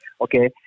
okay